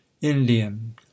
indian